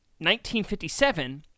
1957